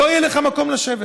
לא יהיה לך מקום לשבת,